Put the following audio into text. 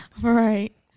Right